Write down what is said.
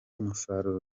umusaruro